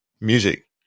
music